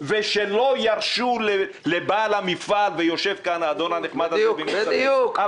ושלא ירשו לבעל המפעל ויושב כאן האדון הנכבד הזה לסגור את המפעל.